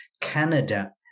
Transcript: Canada